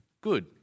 good